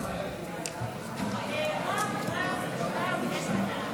חרבות ברזל),